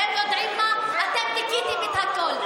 אתם יודעים מה, אתם דיכאתם את הכול.